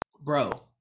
bro